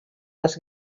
les